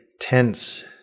tense